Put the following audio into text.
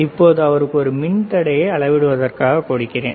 இப்போது அவருக்கு ஒரு மின்தேக்கியை அளவிடுவதற்காக கொடுக்கிறேன்